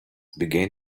began